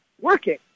working